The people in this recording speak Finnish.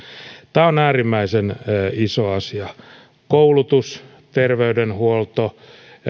tämä on äärimmäisen iso asia koulutus terveydenhuolto